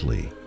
Lee